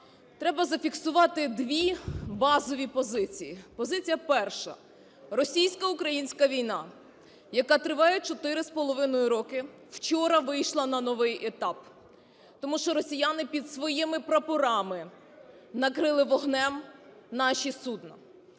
Треба зафіксувати дві базові позиції. Позиція перша. Російсько-українська війна, яка триває 4,5 роки, вчора вийшла на новий етап, тому що росіяни під своїми прапорами накрили вогнем наші судна.